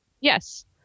yes